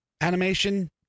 animation